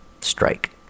strike